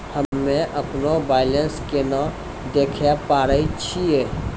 हम्मे अपनो बैलेंस केना देखे पारे छियै?